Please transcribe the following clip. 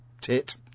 tit